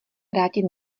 vrátit